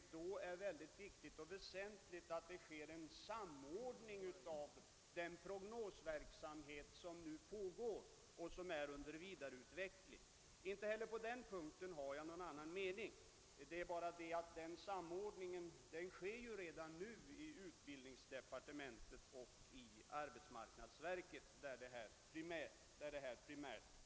Likaså underströk herr Westberg hur väsentligt det är med en samordning av den prognosverksamhet som bedrivs och som är under vidareutveckling. Inte heller på den punkten har jag någon avvikande mening. Men den samordningen förekommer redan nu i utbildningsdepartementet och i arbetsmarknadsverket, där detta arbete primärt pågår.